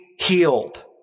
healed